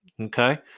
Okay